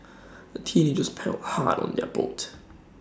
the teenagers paddled hard on their boat